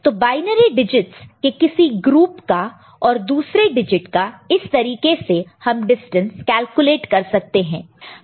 तो binary digits के किसी ग्रुप का और दूसरे डिजिट का इस तरीके से हम डिस्टेंस कैलकुलेट कर सकते हैं